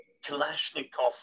Kalashnikov